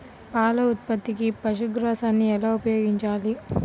పాల ఉత్పత్తికి పశుగ్రాసాన్ని ఎలా ఉపయోగించాలి?